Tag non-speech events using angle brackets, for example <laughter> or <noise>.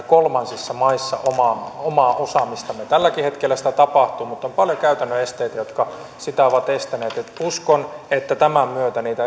<unintelligible> kolmansissa maissa omaa omaa osaamistamme tälläkin hetkellä sitä tapahtuu mutta on paljon käytännön esteitä jotka sitä ovat estäneet uskon että tämän myötä niitä <unintelligible>